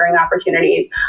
opportunities